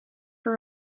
for